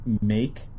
make